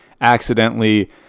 accidentally